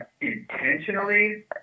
intentionally